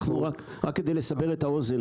רק כדי לסבר את האוזן,